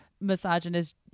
misogynist